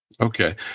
Okay